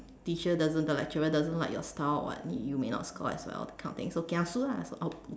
teacher doesn't the lecturer doesn't like your style or what you may not score as well that kind of thing so kiasu lah so !oops!